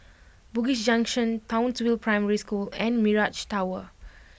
Bugis Junction Townsville Primary School and Mirage Tower